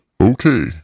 Okay